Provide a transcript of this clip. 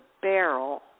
barrel